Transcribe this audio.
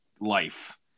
life